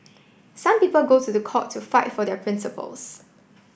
some people go to the court to fight for their principles